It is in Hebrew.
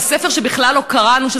על ספר שבכלל לא קראנו,